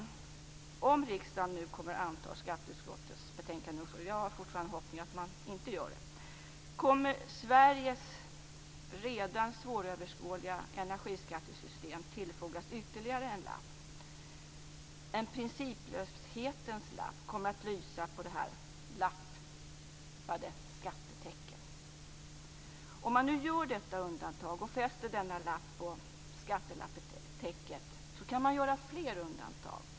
Om riksdagen nu kommer att anta hemställan i skatteutskottets betänkande nr 7 - jag har fortfarande förhoppningen att man inte gör det - kommer Sveriges redan svåröverskådliga energiskattesystem att tillfogas ytterligare en lapp. En principlöshetens lapp kommer att lysa på det lappade skattetäcket. Om man nu gör detta undantag och fäster denna skattelapp på täcket kan man göra fler undantag.